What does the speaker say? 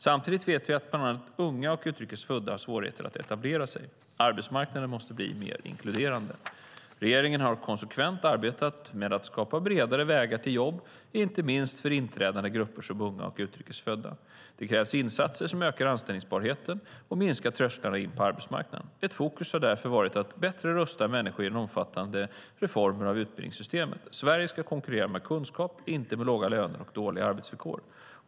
Samtidigt vet vi att bland annat unga och utrikes födda har svårigheter att etablera sig. Arbetsmarknaden måste bli mer inkluderande. Regeringen har konsekvent arbetat med att skapa bredare vägar till jobb, inte minst för inträdande grupper som unga och utrikes födda. Det krävs insatser som ökar anställbarheten och minskar trösklarna in på arbetsmarknaden. Ett fokus har därför varit att bättre rusta människor genom omfattande reformer av utbildningssystemet. Sverige ska konkurrera med kunskap, inte med låga löner och dåliga arbetsvillkor.